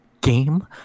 game